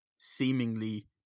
seemingly